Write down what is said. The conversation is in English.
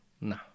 No